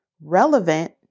relevant